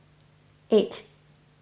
eight